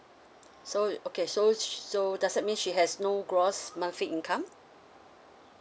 so you okay so so does that mean she has no gross monthly income